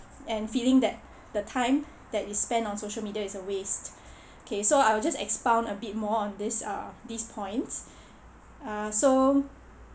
and feeling that the time that is spent on social media is a waste okay so I will just expound a bit more on this err these points uh so